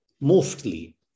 mostly